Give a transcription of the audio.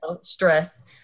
stress